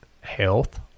health